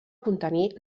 contenir